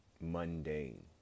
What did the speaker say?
mundane